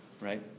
Right